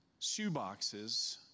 shoeboxes